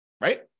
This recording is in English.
Right